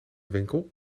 winkel